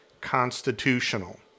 constitutional